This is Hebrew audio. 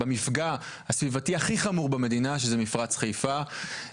במפגע הסביבתי הכי חמור במדינה שזה מפרץ חיפה,